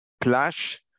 clash